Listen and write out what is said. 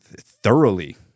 thoroughly